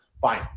fine